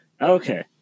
Okay